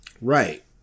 Right